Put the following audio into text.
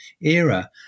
era